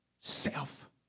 Self